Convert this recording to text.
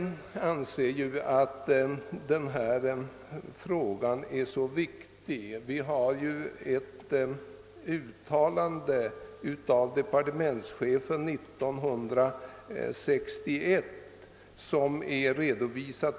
Jag övergår så till yrkandena under B. i utlåtandet. Enligt vår åsikt är denna fråga mycket viktig.